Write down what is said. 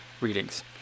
readings